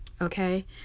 Okay